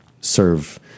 serve